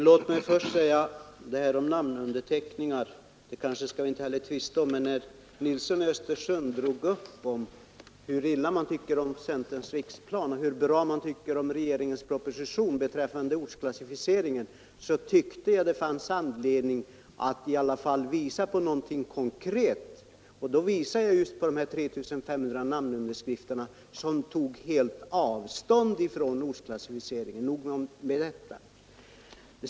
ling och hushållning Herr talman! Vi kanske inte skall tvista om det här med namnundermed mark och vatskrifter, men när herr Nilsson i Östersund drog upp ett resonemang om ten hur illa man tycker om centerns riksplan och hur bra man tycker om regeringens proposition beträffande ortskla: såg jag att det fanns anledning att i alla fall visa på någonting konkret. Då visade jag just på de här 3 500 som med sina namnunderskrifter tog helt avstånd från ortsklassificeringen. Nog om detta.